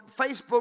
Facebook